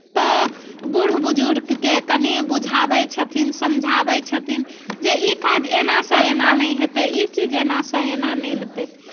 तऽ बूढ़ बुजुर्गकेँ कनी बुझाबै छथिन समझाबै छथिन जे ई काज एनासँ एना नहि हेतै ई चीज एनासँ एना नहि हेतै